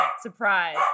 surprise